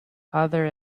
other